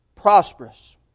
prosperous